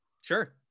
Sure